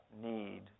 need